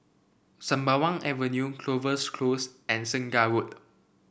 Sembawang Avenue Clovers Close and Segar Road